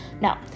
No